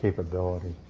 capability.